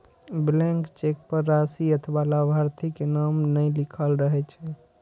blank cheque पर राशि अथवा लाभार्थी के नाम नै लिखल रहै छै